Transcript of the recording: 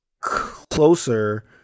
closer